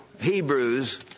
Hebrews